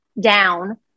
down